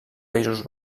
països